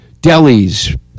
delis